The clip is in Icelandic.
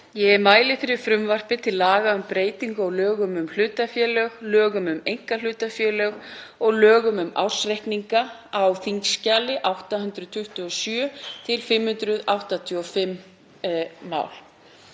Ég mæli fyrir frumvarpi til laga um breytingu á lögum um hlutafélög, lögum um einkahlutafélög og lögum um ársreikninga á þskj. 827, 585. mál.